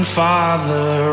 father